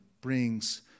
brings